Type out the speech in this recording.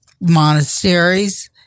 monasteries